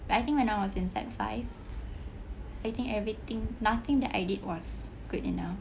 I think when I was in sec five I think everything nothing that I did was good enough